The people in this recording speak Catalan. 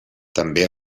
també